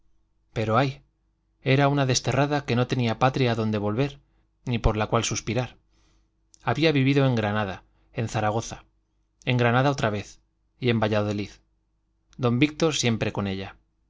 pero ay era una desterrada que no tenía patria a donde volver ni por la cual suspirar había vivido en granada en zaragoza en granada otra vez y en valladolid don víctor siempre con ella